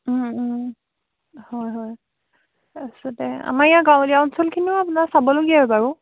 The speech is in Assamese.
হয় হয় তাৰপিছতে আমাৰ ইয়াৰ গাঁৱলীয়া অঞ্চলখিনিও আপোনাৰ চাবলগীয়াই বাৰু